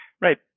Right